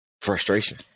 frustration